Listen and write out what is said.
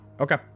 Okay